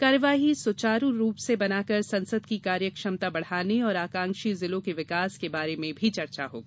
कार्यवाही सुचारु बनाकर संसद की कार्य क्षमता बढ़ाने और आकांक्षी जिलों के विकास के बारे में भी चर्चा होगी